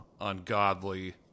ungodly